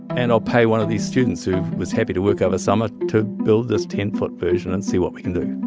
and i'll pay one of these students who was happy to work over summer to build this ten foot version and see what we can do.